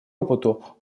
опыту